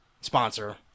sponsor